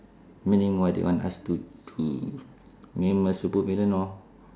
meaning what they want us to to meaning my supervillain lor